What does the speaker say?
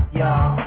y'all